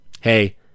hey